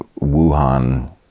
Wuhan